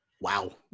wow